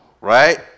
right